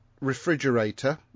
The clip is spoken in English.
refrigerator